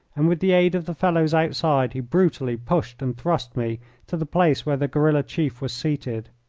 and with the aid of the fellows outside he brutally pushed and thrust me to the place where the guerilla chief was seated,